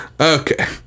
okay